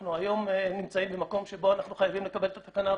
אנחנו היום נמצאים במקום שבו אנחנו חייבים לקבל את התקנה,